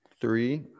three